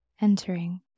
entering